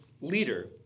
leader